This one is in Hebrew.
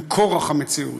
הם כורח המציאות.